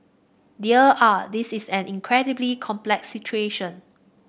dear ah this is an incredibly complex situation